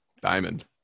Diamond